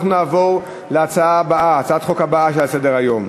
אנחנו נעבור להצעת החוק הבאה על סדר-היום.